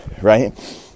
right